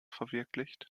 verwirklicht